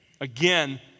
again